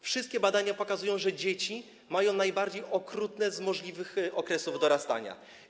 Wszystkie badania pokazują, że te dzieci mają najbardziej okrutne z możliwych okresy dorastania.